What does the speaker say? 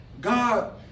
God